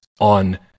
on